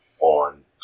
on